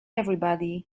everybody